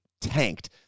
tanked